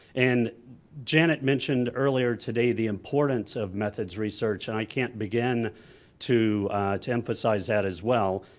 and janet mentioned earlier today the importance of methods research and i can't begin to to empathize that as well.